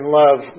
love